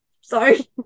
sorry